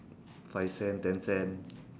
five cent ten cent